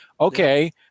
okay